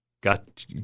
Got